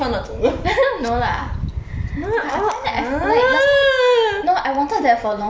no lah I meant that like last time no I wanted that for a long time but